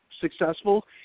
successful